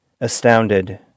Astounded